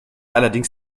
allerdings